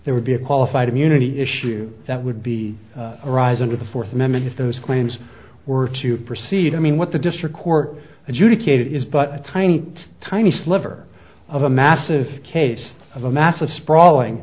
there would be a qualified immunity issue that would be arise under the fourth amendment if those claims were to proceed i mean what the district court adjudicate is but tiny tiny sliver of a massive case of a massive sprawling